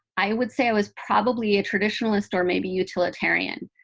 i would say i was probably a traditionalist or maybe utilitarian.